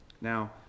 Now